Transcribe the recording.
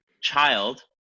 child